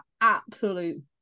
absolute